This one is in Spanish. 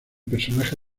personaje